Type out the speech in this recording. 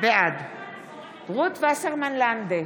בעד רות וסרמן לנדה,